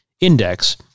index